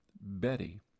Betty